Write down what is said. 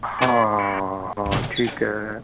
ਹਾਂ ਹਾਂ ਠੀਕ ਹੈ